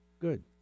Good